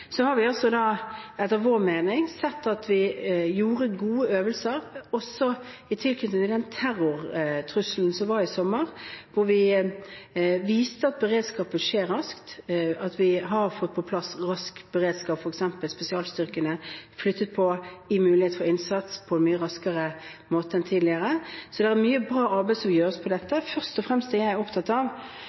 Så har vi også – etter vår mening – sett at vi gjorde gode øvelser i tilknytning til den terrortrusselen som var i sommer, hvor vi viste at vi har fått på plass rask beredskap, f.eks. når det gjelder spesialstyrkene, flyttet på dem, og gir mulighet for innsats på en mye raskere måte enn tidligere. Så det er mye bra arbeid som gjøres på dette området. Først og fremst er jeg opptatt av